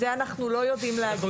זה אנחנו לא יודעים להגיד.